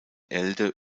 elde